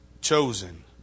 chosen